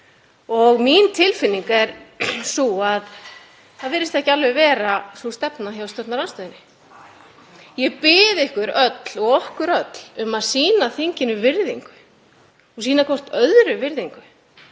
en mín tilfinning er sú að það virðist ekki alveg vera stefnan hjá stjórnarandstöðunni. Ég bið ykkur öll og okkur öll um að sýna þinginu virðingu, sýna hvert öðru virðingu.